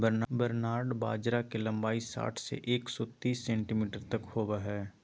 barnyard बाजरा के लंबाई साठ से एक सो तिस सेंटीमीटर तक होबा हइ